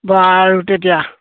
আৰু তেতিয়া